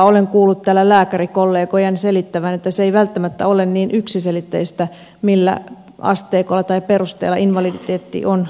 olen kuullut täällä lääkärikollegojen selittävän että se ei välttämättä ole niin yksiselitteistä millä asteikolla tai perusteella invaliditeetti on määritelty